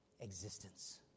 existence